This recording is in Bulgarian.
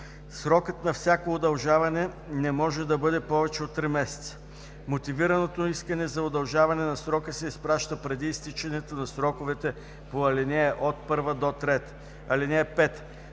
Срокът на всяко удължаване не може да бъде повече от три месеца. (4) Мотивираното искане за удължаване на срока се изпраща преди изтичането на сроковете по ал. 1-3. (5)